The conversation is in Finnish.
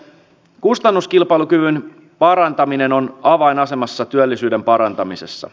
kustannuskilpailukyvyn parantaminen on avainasemassa työllisyyden parantamisessa